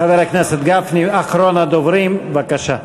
חבר הכנסת גפני, אחרון הדוברים, בבקשה.